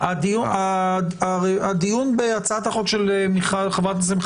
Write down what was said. הדיון בהצעת החוק של חברת הכנסת מיכל